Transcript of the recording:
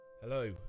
Hello